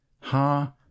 Ha